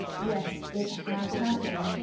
yes, it has happened.